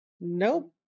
Nope